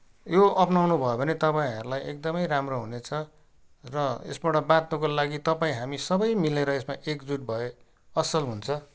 यो अपनाउनु भयो भने तपाईँहरूलाई एकदमै राम्रो हुनेछ र यसबाट बाच्नको लागि तपाईँ हामी सबै मिलेर यसमा एकजुट भए असल हुन्छ